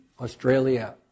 Australia